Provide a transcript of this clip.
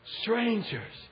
strangers